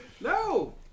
No